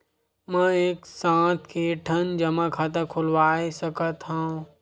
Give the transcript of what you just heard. मैं एक साथ के ठन जमा खाता खुलवाय सकथव?